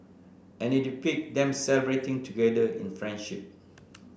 and it depict them celebrating together in friendship